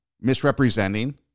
misrepresenting